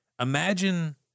Imagine